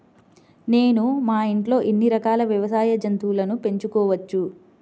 నేను మా ఇంట్లో ఎన్ని రకాల వ్యవసాయ జంతువులను పెంచుకోవచ్చు?